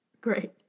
Great